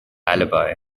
alibi